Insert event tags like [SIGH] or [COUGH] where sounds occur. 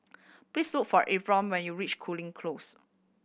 please look for [UNINTELLIGIBLE] when you reach Cooling Close